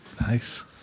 Nice